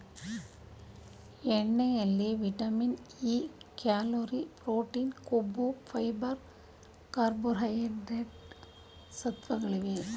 ಎಳ್ಳೆಣ್ಣೆಯಲ್ಲಿ vitamin E, calorie, protein, ಕೊಬ್ಬು, fibre, carbohydrates ಸತ್ವಗಳಿವೆ